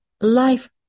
life